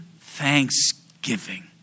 thanksgiving